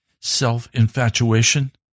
self-infatuation